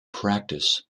practice